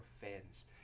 fans